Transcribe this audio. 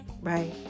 right